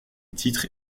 titres